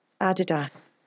Adidas